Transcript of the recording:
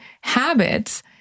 habits